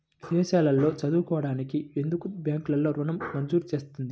విదేశాల్లో చదువుకోవడానికి ఎందుకు బ్యాంక్లలో ఋణం మంజూరు చేస్తుంది?